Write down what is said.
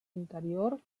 interior